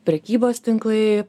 prekybos tinklai